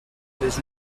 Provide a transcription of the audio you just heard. les